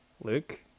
Luke